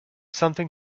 something